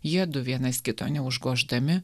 jiedu vienas kito neužgoždami